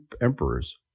emperors